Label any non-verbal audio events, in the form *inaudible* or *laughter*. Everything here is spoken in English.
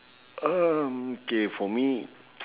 um K for me *noise*